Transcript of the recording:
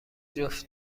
جفت